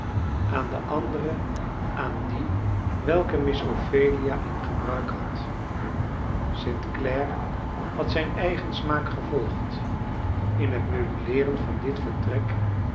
aan de andere aan die welke miss ophelia in gebruik had st clare had zijn eigen smaak gevolgd in het meubileeren van dit vertrek